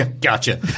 Gotcha